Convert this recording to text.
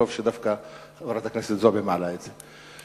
וטוב שדווקא חברת הכנסת זועבי מעלה את זה.